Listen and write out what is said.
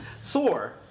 Sore